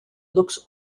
looks